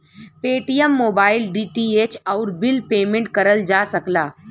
Paytm mobile, DTH, आउर bill payment करल जा सकला